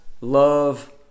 love